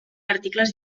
articles